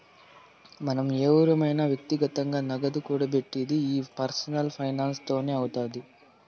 మనం ఎవురమైన వ్యక్తిగతంగా నగదు కూడబెట్టిది ఈ పర్సనల్ ఫైనాన్స్ తోనే అవుతాది